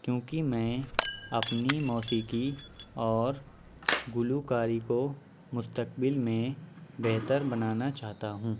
کیوں کہ میں اپنی موسیقی اور گلوکاری کو مستقبل میں بہتر بنانا چاہتا ہوں